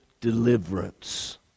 deliverance